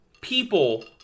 people